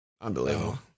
Unbelievable